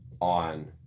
on